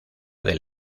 del